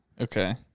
Okay